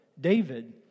David